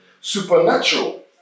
Supernatural